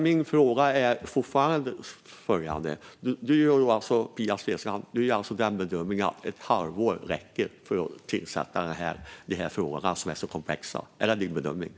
Min fråga kvarstår: Är det Pia Steenslands bedömning att ett halvår räcker för att utreda dessa komplexa frågor?